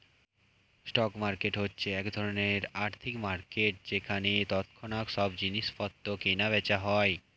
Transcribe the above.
stock market হচ্ছে এক ধরণের আর্থিক মার্কেট যেখানে তৎক্ষণাৎ সব জিনিসপত্র কেনা বেচা হয়